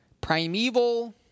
primeval